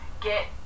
get